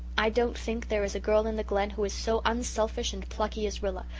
i don't think there is a girl in the glen who is so unselfish and plucky as rilla,